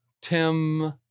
Tim